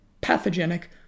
pathogenic